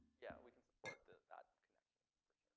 yeah. we can support that that connection